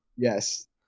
Yes